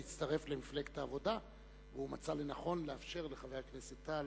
להצטרף למפלגת העבודה והוא מצא לנכון לאפשר לחבר הכנסת טל